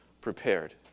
prepared